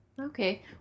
Okay